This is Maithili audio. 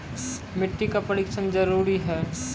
मिट्टी का परिक्षण जरुरी है?